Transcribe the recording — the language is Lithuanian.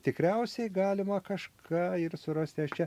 tikriausiai galima kažką ir surasti aš čia